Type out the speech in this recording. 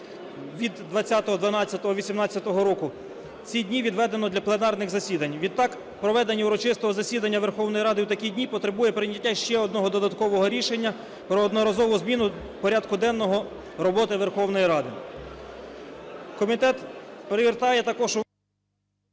від 20.12.18-го року, ці дні відведено для пленарних засідань. Відтак, проведення урочистого засідання Верховної Ради у такі дні потребує прийняття ще одного додаткового рішення про одноразову зміну порядку денного роботи Верховної Ради.